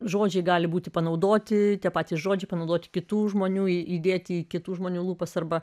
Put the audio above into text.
žodžiai gali būti panaudoti tie patys žodžiai panaudoti kitų žmonių įdėti į kitų žmonių lūpas arba